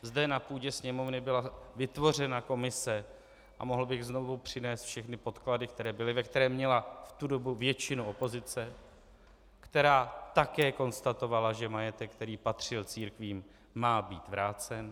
Zde na půdě Sněmovny byla vytvořena komise a mohl bych znovu přinést všechny podklady, které byly , ve které měla v tu dobu většinu opozice, která také konstatovala, že majetek, který patřil církvím, má být vrácen.